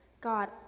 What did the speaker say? God